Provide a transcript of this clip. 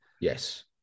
Yes